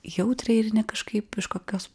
jautriai ir ne kažkaip iš kažkokios